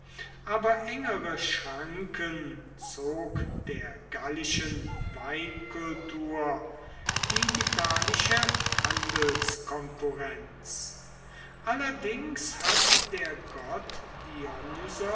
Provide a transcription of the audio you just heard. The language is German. aber engere schranken zog der gallischen weinkultur die italische handelskonkurrenz allerdings hat der gott